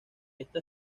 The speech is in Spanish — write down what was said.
esta